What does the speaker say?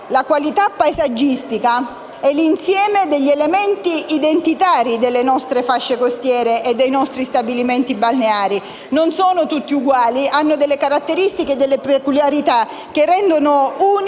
la qualità paesaggistica e l'insieme degli elementi identitari delle nostre fasce costiere e dei nostri stabilimenti balneari. Non sono tutti uguali: hanno caratteristiche e peculiarità che li rendono unici